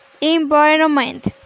environment